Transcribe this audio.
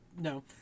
No